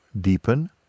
deepen